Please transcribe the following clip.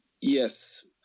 yes